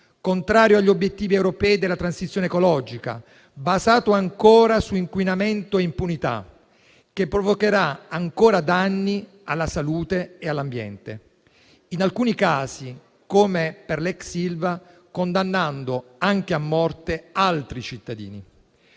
contrario agli obiettivi europei della transizione ecologica, basato ancora su inquinamento e impunità, che provocherà ulteriori danni alla salute e all'ambiente e in alcuni casi, come per l'ex Ilva, condannando anche a morte altri cittadini.